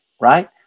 right